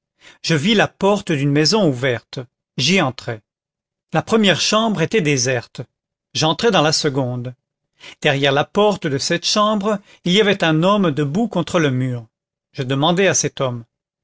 je vis la porte d'une maison ouverte j'y entrai la première chambre était déserte j'entrai dans la seconde derrière la porte de cette chambre il y avait un homme debout contre le mur je demandai à cet homme